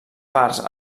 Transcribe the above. parts